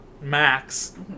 Max